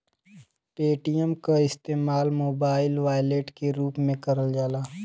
Paytm क इस्तेमाल mobile wallet के रूप में करल जाला